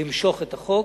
למשוך את החוק,